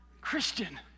Christian